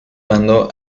bando